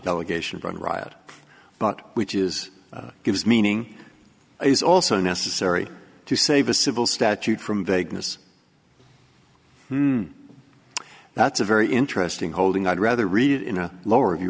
delegation run riot but which is gives meaning is also necessary to save a civil statute from vagueness that's a very interesting holding i'd rather read in a lower